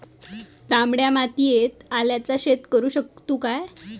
तामड्या मातयेत आल्याचा शेत करु शकतू काय?